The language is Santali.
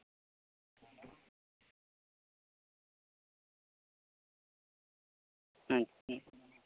ᱟᱪᱪᱷᱟ